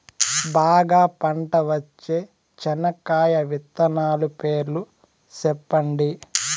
బాగా పంట వచ్చే చెనక్కాయ విత్తనాలు పేర్లు సెప్పండి?